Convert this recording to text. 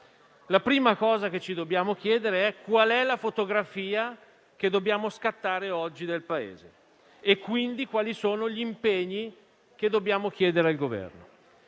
La prima cosa che ci dobbiamo chiedere è quale sia la fotografia del Paese che dobbiamo scattare oggi e quindi quali sono gli impegni che dobbiamo chiedere al Governo.